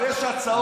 אבל יש הצעות,